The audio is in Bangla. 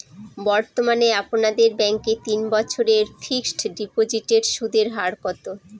বর্তমানে আপনাদের ব্যাঙ্কে তিন বছরের ফিক্সট ডিপোজিটের সুদের হার কত?